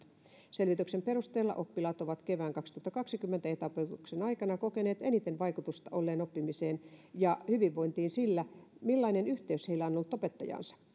selvityksen perusteella oppilaat ovat kevään kaksituhattakaksikymmentä etäopetuksen aikana kokeneet eniten vaikutusta oppimiseen ja hyvinvointiin olleen sillä millainen yhteys heillä on ollut opettajaansa